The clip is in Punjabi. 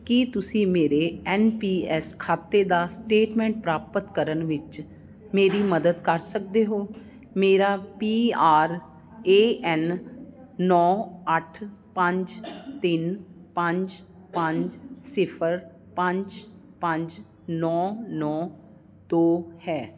ਕੀ ਤੁਸੀਂ ਮੇਰੇ ਐੱਨ ਪੀ ਐੱਸ ਖਾਤੇ ਦਾ ਸਟੇਟਮੈਂਟ ਪ੍ਰਾਪਤ ਕਰਨ ਵਿੱਚ ਮੇਰੀ ਮਦਦ ਕਰ ਸਕਦੇ ਹੋ ਮੇਰਾ ਪੀ ਆਰ ਏ ਐੱਨ ਨੌਂ ਅੱਠ ਪੰਜ ਤਿੰਨ ਪੰਜ ਪੰਜ ਸਿਫ਼ਰ ਪੰਜ ਪੰਜ ਨੌਂ ਨੌਂ ਦੋ ਹੈ